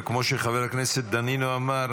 וכמו שחבר הכנסת דנינו אמר,